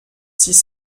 six